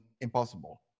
impossible